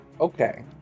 Okay